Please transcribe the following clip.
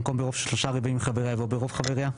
במקום 'ברוב של שלושה רבעים מחבריה' יבוא 'ברוב חבריה'.